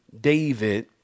David